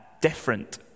Different